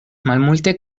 malmulte